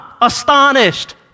astonished